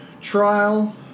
trial